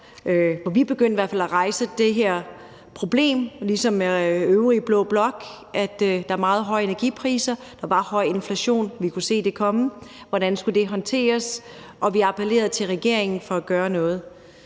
øvrige blå blok – at rejse det her problem om, at der var meget høje energipriser, og at der var høj inflation. Vi kunne se det komme. Hvordan skulle det håndteres? Vi appellerede til regeringen om at gøre noget.